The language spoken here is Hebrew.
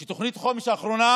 ותוכנית החומש האחרונה